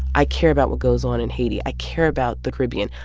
i care about what goes on in haiti, i care about the caribbean,